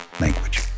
language